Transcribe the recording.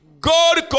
God